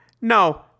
no